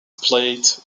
plates